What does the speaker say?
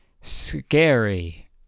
scary